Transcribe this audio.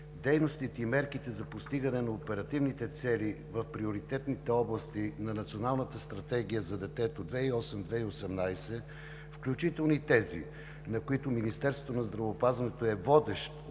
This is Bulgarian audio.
дейностите и мерките за постигане на оперативните цели в приоритетни области на Националната стратегия за детето 2008 – 2018 г., включително и тези, за които Министерството на здравеопазването е водещ,